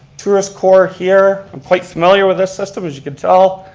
tourist core here. i'm quite familiar with this system as you can tell,